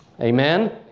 Amen